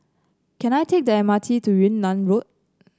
can I take the M R T to Yunnan Road